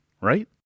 right